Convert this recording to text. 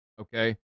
Okay